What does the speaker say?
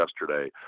yesterday